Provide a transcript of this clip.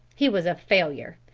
he was a failure.